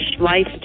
Life